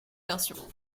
versions